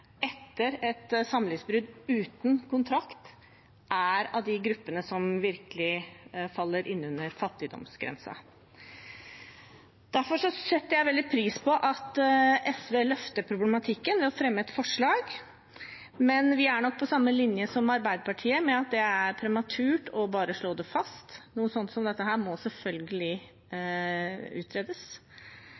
etter et samlivsbrudd uten kontrakt er en av gruppene som virkelig faller inn under fattigdomsgrensen. Derfor setter jeg veldig pris på at SV løfter problematikken ved å fremme et forslag. Men vi er nok på samme linje som Arbeiderpartiet og mener det er prematurt bare å slå det fast – noe som dette må selvfølgelig utredes,